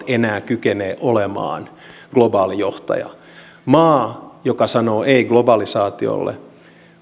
enää kykenee olemaan globaali johtaja maa joka sanoo ei globalisaatiolle